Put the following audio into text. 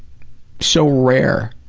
so rare,